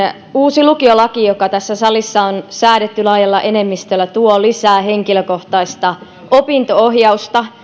uusi lukiolaki joka tässä salissa on säädetty laajalla enemmistöllä tuo lisää henkilökohtaista opinto ohjausta